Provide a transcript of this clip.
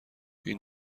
این